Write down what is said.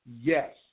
yes